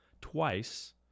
twice